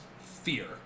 fear